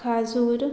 खाजूर